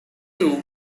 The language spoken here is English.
group